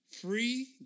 free